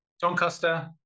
Doncaster